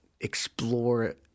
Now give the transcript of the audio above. explore